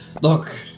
Look